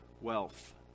wealth